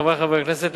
חברי חברי הכנסת,